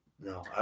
No